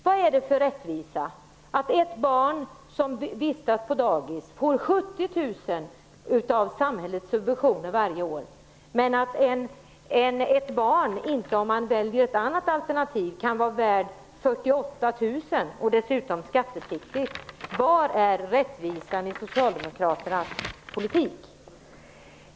Vad är det för rättvisa i att ett barn som vistas på dagis får 70 000 av samhällets subventioner varje år, men att ett barn inte är värt 48 000 -- dessutom skattepliktigt -- om man väljer ett annat alternativ? Var är rättvisan i socialdemokraternas politik?